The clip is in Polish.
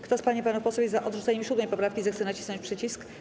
Kto z pań i panów posłów jest za odrzuceniem 7. poprawki, zechce nacisnąć przycisk.